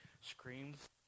screams